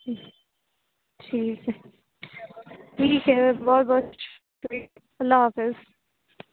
جی ٹھیک ہے ٹھیک ہے بہت بہت اللہ حافظ